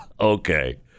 Okay